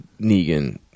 Negan